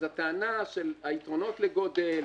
אז הטענה בדבר היתרונות לגודל,